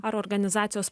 ar organizacijos